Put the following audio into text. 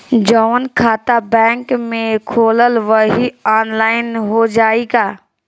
जवन खाता बैंक में खोलम वही आनलाइन हो जाई का?